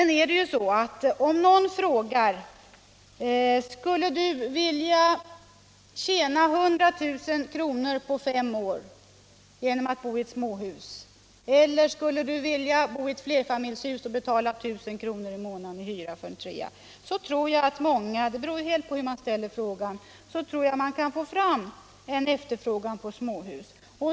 Nu kan man ställa följande fråga: Skulle du vilja tjäna 100 000 kr. på fem år genom att bo i ett småhus, eller skulle du vilja bo i flerfamiljshus och betala 1000 kr. i månaden för en trea? Med sådana frågor tror jag man kan få fram en efterfrågan på småhus.